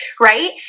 right